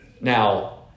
Now